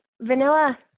vanilla